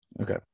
Okay